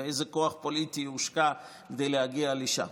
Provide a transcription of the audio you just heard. ואיזה כוח פוליטי הושקע כדי להגיע לשם.